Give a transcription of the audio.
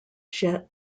jet